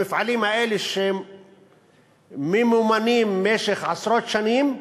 המפעלים האלה שממומנים עשרות שנים,